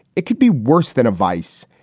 it could be worse than a vice.